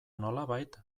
nolabait